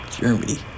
Germany